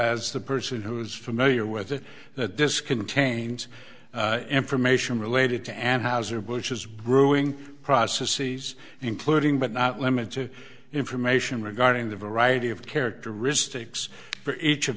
as the person who is familiar with it that this contains information related to and hauser bush's grueling process sees including but not limited information regarding the variety of characteristics for each of